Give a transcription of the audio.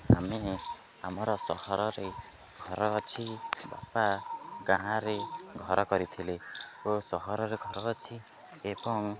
ଆମେ ଆମର ସହରରେ ଘର ଅଛି ବାପା ଗାଁରେ ଘର କରିଥିଲେ ଓ ସହରରେ ଘର ଅଛି ଏବଂ